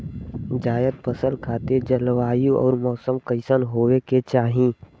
जायद फसल खातिर जलवायु अउर मौसम कइसन होवे के चाही?